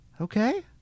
okay